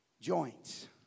joints